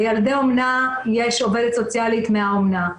לילדי אומנה יש עובדת סוציאלית מהאומנה.